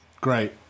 great